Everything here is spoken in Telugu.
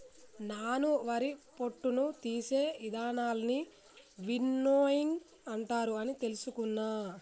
నాను వరి పొట్టును తీసే ఇదానాలన్నీ విన్నోయింగ్ అంటారు అని తెలుసుకున్న